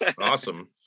awesome